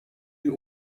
die